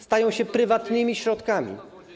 Stają się prywatnymi środkami.